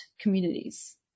communities